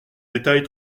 détails